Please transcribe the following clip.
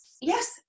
Yes